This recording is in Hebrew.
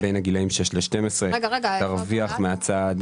רגע, יש הצעה לסדר.